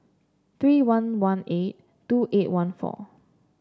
three one one eight two eight one four